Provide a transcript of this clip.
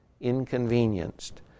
inconvenienced